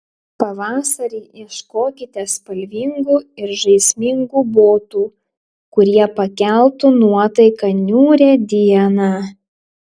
pavasarį ieškokite spalvingų ir žaismingų botų kurie pakeltų nuotaiką niūrią dieną